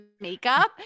makeup